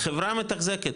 חברה מתחזקת,